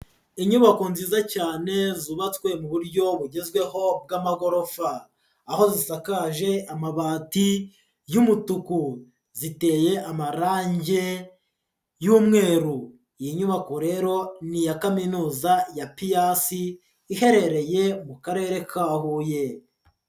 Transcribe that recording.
Inyubako nziza cyane zubatswe mu buryo bugezweho bw'amagorofa, aho zisakaje amabati y'umutuku, ziteye amarangi y'umweru, iyi nyubako rero ni iya Kaminuza ya Piass iherereye mu karere ka Huye.